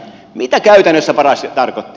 mitä käytännössä paras tarkoitti